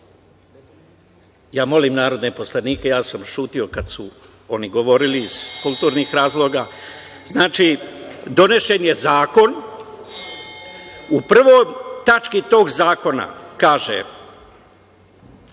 SFRJ.Molim narodne poslanike. Ja sam ćutao kada su oni govorili iz kulturnih razloga. Znači, donesen je zakon. U prvoj tački tog zakona kaže